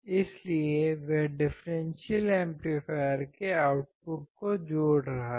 इसलिए वह differential amplifier के आउटपुट को जोड़ रहा है